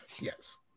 Yes